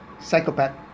psychopath